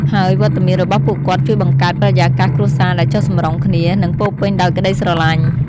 ហើយវត្តមានរបស់ពួកគាត់ជួយបង្កើតបរិយាកាសគ្រួសារដែលចុះសម្រុងគ្នា និងពោរពេញដោយក្តីស្រឡាញ់។